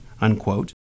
unquote